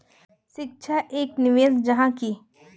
शिक्षा एक निवेश जाहा की?